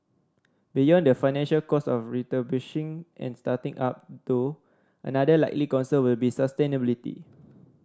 beyond the financial cost of refurbishing and starting up though another likely concern will be sustainability